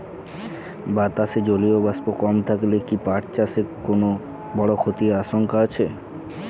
বাতাসে জলীয় বাষ্প কম থাকলে কি পাট চাষে কোনো বড় ক্ষতির আশঙ্কা আছে?